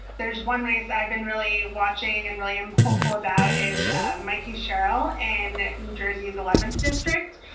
there's one race i've been really watching and really i'm hopeful about, is ah mikie sherrill in new jersey's eleventh district.